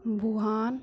Wuhan